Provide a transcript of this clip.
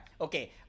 okay